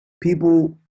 people